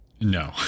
No